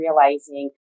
realizing